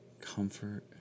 comfort